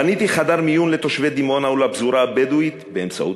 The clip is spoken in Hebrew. בניתי חדר מיון לתושבי דימונה ולפזורה הבדואית באמצעות